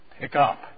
pickup